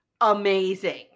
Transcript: amazing